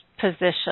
position